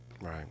right